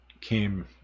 came